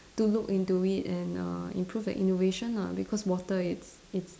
to look into it and uh improve the innovation lah because water is is